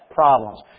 problems